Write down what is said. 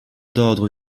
d’ordre